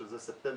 שזה ספטמבר,